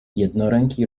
jednoręki